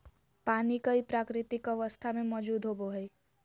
पानी कई प्राकृतिक अवस्था में मौजूद होबो हइ